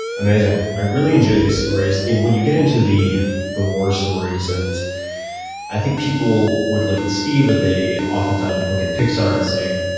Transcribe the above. amazing. i really enjoy these stories. and when you get into the the war stories, and i think people would look at steve, or they oftentimes would look at pixar and say,